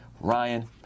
Ryan